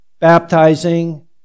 baptizing